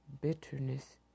bitterness